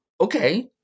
Okay